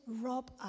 rob